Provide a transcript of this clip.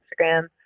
Instagram